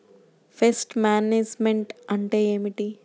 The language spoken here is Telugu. పెస్ట్ మేనేజ్మెంట్ అంటే ఏమిటి?